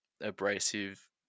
abrasive